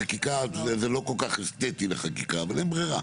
זה לא כל כך אסטטי לחקיקה אבל אין ברירה,